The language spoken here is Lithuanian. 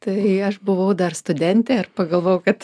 tai aš buvau dar studentė ir pagalvojau kad